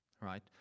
right